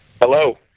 Hello